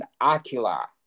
Aquila